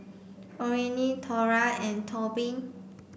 Orene Thora and Tobin